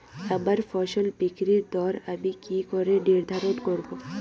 আমার ফসল বিক্রির দর আমি কি করে নির্ধারন করব?